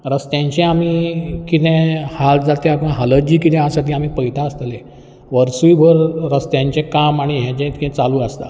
रस्त्यांचें आमी कितें हाल जातात तें आमी जी कितें आसा ती आमी पळयता आसतलें वर्सूयभर रस्त्याचें काम आनी हें जें कितें चालू आसता